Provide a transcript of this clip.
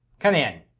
come in.